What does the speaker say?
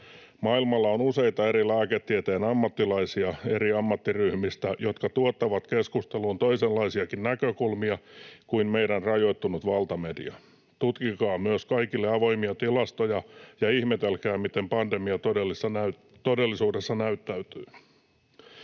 ammattiryhmistä useita eri lääketieteen ammattilaisia, jotka tuottavat keskusteluun toisenlaisiakin näkökulmia kuin meidän rajoittunut valtamedia. Tutkikaa myös kaikille avoimia tilastoja ja ihmetelkää, miten pandemia todellisuudessa näyttäytyy.